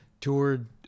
Toured